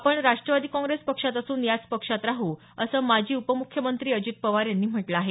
आपण राष्ट्रवादी काँग्रेस पक्षात असून याच पक्षात राहू असं माजी उपमुख्यमंत्री अजित पवार यांनी म्हटलं आहे